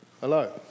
Hello